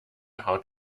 how